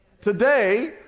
Today